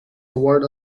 award